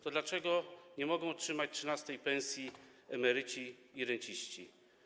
To dlaczego nie mogą otrzymać trzynastej pensji emeryci i renciści?